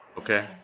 Okay